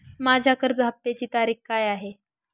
माझ्या कर्ज हफ्त्याची तारीख काय आहे?